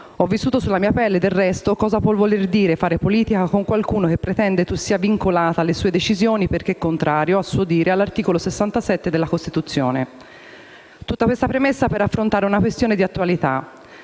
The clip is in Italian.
ho vissuto sulla mia pelle cosa può voler dire fare politica con qualcuno che pretende tu sia vincolata alle sue decisioni perché contrario, a suo dire, all'articolo 67 della Costituzione. Ho fatto questa premessa per affrontare una questione di attualità.